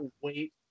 wait